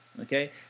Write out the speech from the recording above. Okay